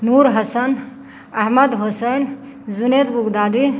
Noor Hasan Ahmed Hasan Junaid Baghdadi